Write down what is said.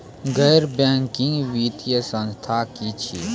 गैर बैंकिंग वित्तीय संस्था की छियै?